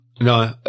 no